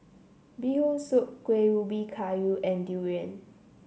Bee Hoon Soup Kuih Ubi Kayu and Durian